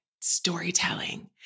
storytelling